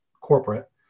corporate